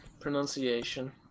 pronunciation